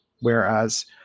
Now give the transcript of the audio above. Whereas